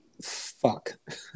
Fuck